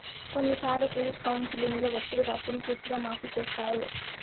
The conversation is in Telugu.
కొన్నిసార్లు క్రెడిట్ కౌన్సిలింగ్లో వ్యక్తిగత అప్పును పూర్తిగా మాఫీ చేత్తారు